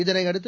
இதனையடுத்து